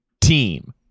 team